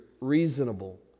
reasonable